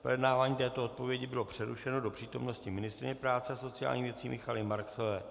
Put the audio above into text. Projednávání této odpovědi bylo přerušeno do přítomnosti ministryně práce a sociálních věcí Michaely Marksové.